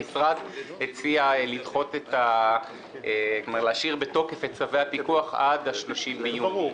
המשרד הציע להשאיר בתוקף את צווי הפיקוח עד ה-30.6.